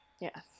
Yes